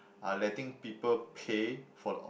are letting people pay for the